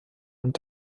und